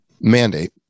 mandate